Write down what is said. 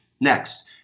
next